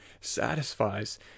satisfies